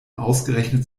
ausgerechnet